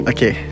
Okay